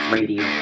Radio